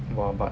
!wah! but